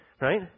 Right